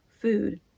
food